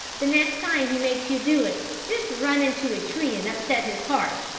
the next time he makes you do it just run into a tree and upset his cart,